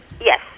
Yes